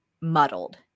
muddled